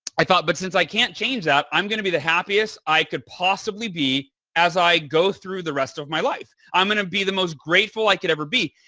i thought, but since i can't change that, i'm going to be the happiest i could possibly be as i go through the rest of my life. i'm going to be the most grateful i could ever be.